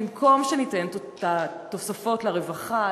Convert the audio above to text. במקום שניתן את התוספות לרווחה,